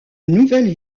nouvelle